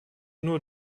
nur